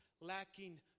lacking